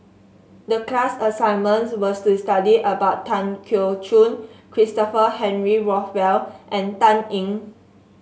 the class assignment was to study about Tan Keong Choon Christopher Henry Rothwell and Dan Ying